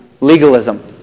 legalism